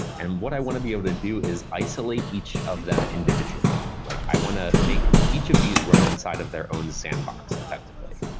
and what i want to be able to do is isolate each of them individually. like i want to make each of these run inside of their own sandbox effectively.